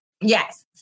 yes